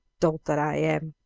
dolt that i am,